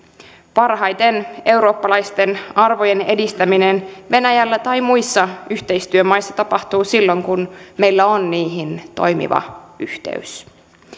parhaiten eurooppalaisten arvojen edistäminen venäjällä tai muissa yhteistyömaissa tapahtuu silloin kun meillä on niihin toimiva yhteys